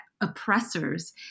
oppressors